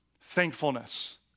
thankfulness